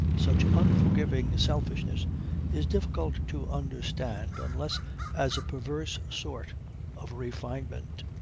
such unforgiving selfishness is difficult to understand unless as a perverse sort of refinement.